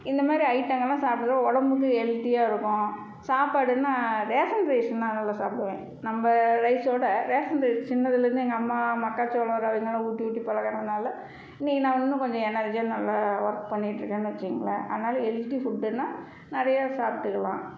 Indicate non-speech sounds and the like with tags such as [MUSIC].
இந்தமாதிரி ஐட்டங்கள்லாம் சாப்புட்றதுனால உடம்பு வந்து ஹெல்த்தியாக இருக்கும் சாப்பாடுனா ரேஷன் ரைஸ் நான் நல்லா சாப்பிடுவேன் நம்ம ரைஸோட ரேஷன் ரைஸ் சின்னதுலேருந்து எங்கள் அம்மா மக்காச்சோளம் [UNINTELLIGIBLE] ஊட்டி ஊட்டி பழகுனதுனால இன்னைக்கி நான் இன்னும் கொஞ்சம் எனர்ஜியாக நல்லா ஒர்க் பண்ணிட்டு இருக்கேன்னு வைச்சிங்களேன் அதனால ஹெல்த்தி ஃபுட்டுனா நிறைய சாப்பிட்டுக்கலாம்